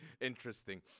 interesting